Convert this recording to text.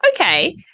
Okay